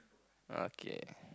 okay